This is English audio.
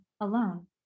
alone